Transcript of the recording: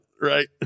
Right